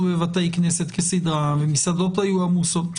בבתי כנסת כסדרם והמסעדות היו עמוסות.